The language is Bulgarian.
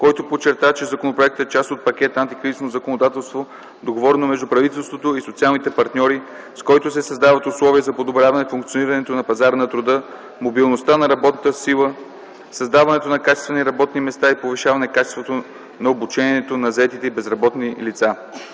който подчерта, че законопроектът е част от пакета антикризисно законодателство, договорено между правителството и социалните партньори, с който се създават условия за подобряване функционирането на пазара на труда, мобилността на работната сила, създаването на качествени работни места и повишаване качеството на обучение на заети и безработни лица.